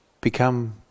become